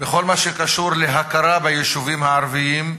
וכל מה שקשור להכרה ביישובים הערביים,